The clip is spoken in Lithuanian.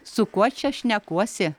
su kuo čia šnekuosi